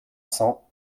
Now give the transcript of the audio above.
cents